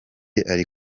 ari